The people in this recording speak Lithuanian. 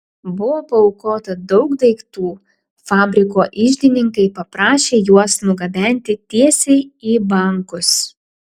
buvo paaukota daug daiktų fabriko iždininkai paprašė juos nugabenti tiesiai į bankus